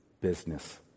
business